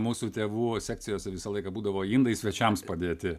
mūsų tėvų sekcijose visą laiką būdavo indai svečiams padėti